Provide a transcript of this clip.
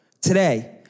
Today